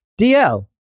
DL